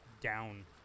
down